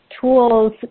tools